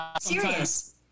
Serious